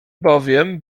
bowiem